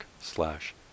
slash